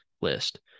list